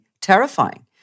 terrifying